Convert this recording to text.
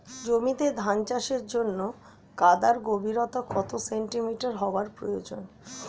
জমিতে ধান চাষের জন্য কাদার গভীরতা কত সেন্টিমিটার হওয়া প্রয়োজন?